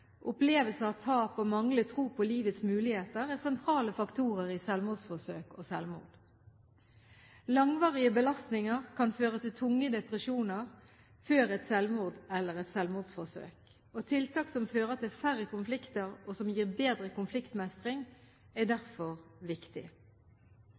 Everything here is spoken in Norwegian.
opplevelse av tap og manglende tro på livets muligheter er sentrale faktorer i selvmordsforsøk og selvmord. Langvarige belastninger kan føre til tunge depresjoner før et selvmord eller et selvmordsforsøk. Tiltak som fører til færre konflikter, og som gir bedre konfliktmestring, er